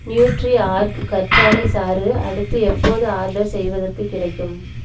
nutri Ark கற்றாழை சாறு அடுத்து எப்போது ஆர்டர் செய்வதற்குக் கிடைக்கும்